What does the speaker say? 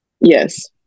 Yes